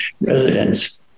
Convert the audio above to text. residents